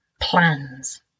plans